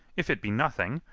if it be nothing,